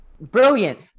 Brilliant